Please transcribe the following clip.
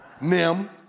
Nim